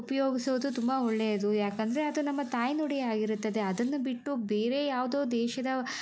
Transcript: ಉಪಯೋಗ್ಸೋದು ತುಂಬ ಒಳ್ಳೆಯದು ಯಾಕಂದರೆ ಅದು ನಮ್ಮ ತಾಯ್ನುಡಿಯಾಗಿರುತ್ತದೆ ಅದನ್ನು ಬಿಟ್ಟು ಬೇರೆ ಯಾವುದೋ ದೇಶದ